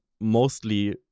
mostly